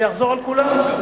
אני אחזור על כולם.